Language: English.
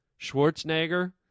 Schwarzenegger